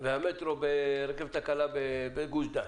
והרכבת הקלה בגוש דן.